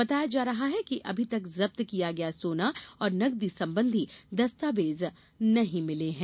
बताया जा रहा है कि अभी तक जब्त किया गया सोना और नकदी संबंधी दस्तावेज नहीं मिले हैं